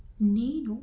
నేను